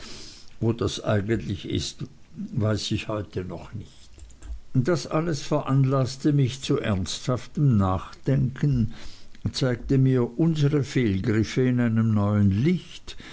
wo das eigentlich war weiß ich heute noch nicht das alles veranlaßte mich zu ernsthaftem nachdenken zeigte mir unsere fehlgriffe in einem neuen licht